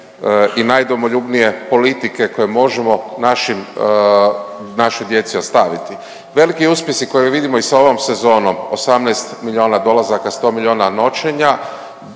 i najdomoljubnije politike koje možemo našim, našoj djeci ostaviti. Veliki uspjesi koje vidimo i sa ovom sezonom 18 miliona dolazaka, 100 miliona noćenja,